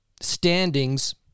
Standings